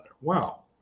Wow